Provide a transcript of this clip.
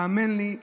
האמן לי,